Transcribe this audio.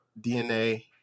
DNA